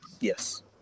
Yes